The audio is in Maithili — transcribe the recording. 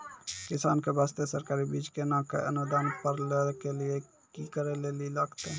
किसान के बास्ते सरकारी बीज केना कऽ अनुदान पर लै के लिए की करै लेली लागतै?